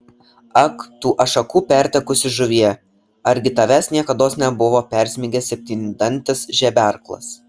ak tu ašakų pertekusi žuvie argi tavęs niekados nebuvo persmeigęs septyndantis žeberklas